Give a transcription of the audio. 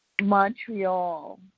Montreal